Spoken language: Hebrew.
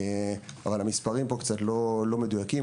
אבל המספרים פה לא מדויקים.